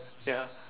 ya